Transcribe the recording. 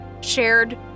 shared